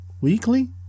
weekly